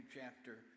chapter